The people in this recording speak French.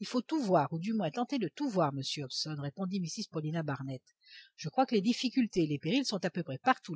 il faut tout voir ou du moins tenter de tout voir monsieur hobson répondit mrs paulina barnett je crois que les difficultés et les périls sont à peu près partout